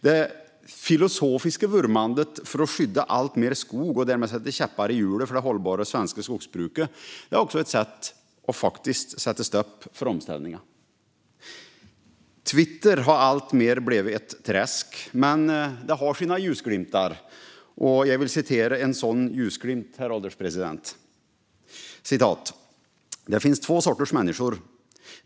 Det filosofiska vurmandet för att skydda alltmer skog och därmed sätta käppar i hjulet för det hållbara svenska skogsbruket är också ett sätt att sätta stopp för omställningen. Twitter har alltmer blivit ett träsk, men det har sina ljusglimtar, och jag vill citera en sådan ljusglimt, herr ålderspresident. "Det finns två sorters människor.